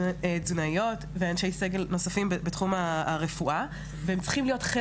תזונאיות ואנשי סגל נוספים בתחום הרפואה והם צריכים להיות,